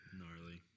Gnarly